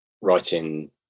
writing